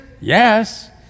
Yes